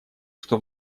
что